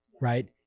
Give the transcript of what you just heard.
right